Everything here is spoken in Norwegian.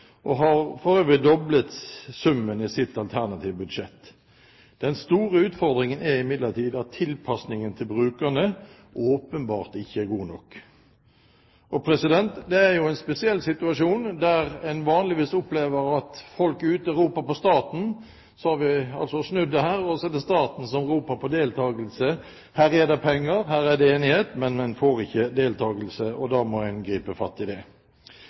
og har for øvrig doblet summen i sitt alternative budsjett. Den store utfordringen er imidlertid at tilpasningen til brukerne åpenbart ikke er god nok. Det er jo en spesiell situasjon, for der man vanligvis opplever at folk ute roper på staten, har vi altså snudd dette – og nå er det staten som roper på deltakelse. Her er det penger, her er det enighet, men man får ikke deltakelse. Da må man gripe fatt i det.